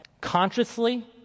consciously